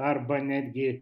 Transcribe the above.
arba netgi